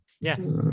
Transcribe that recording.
Yes